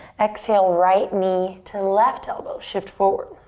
exhale, right knee to left elbow. shift forward.